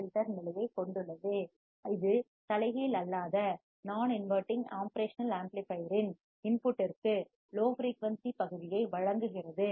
filter நிலையைக் கொண்டுள்ளது இது தலைகீழ் அல்லாத நான் இன்வடிங் ஒப்ரேஷனல் ஆம்ப்ளிபையர் இன் உள்ளீட்டிற்கு இன்புட் ற்கு லோ ஃபிரீயூன்சி பகுதியை வழங்குகிறது